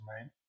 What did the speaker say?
right